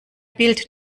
bild